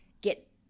get